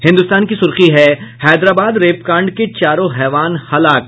हिन्दुस्तान की सुर्खी है हैदराबाद रेपकांड के चारों हैवान हलाक